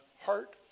heart